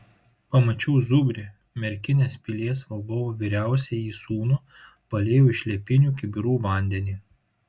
pamačiau zubrį merkinės pilies valdovo vyriausiąjį sūnų paliejau iš liepinių kibirų vandenį